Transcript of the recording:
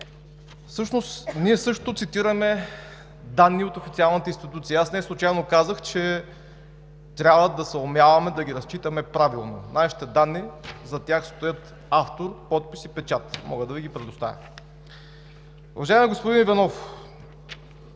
ние също цитираме данни от официалната институция. Неслучайно казах, че трябва да съумяваме да ги разчитаме правилно. Нашите данни – зад тях стоят автор, подпис и печат. Мога да Ви ги предоставя. Уважаеми господин Иванов,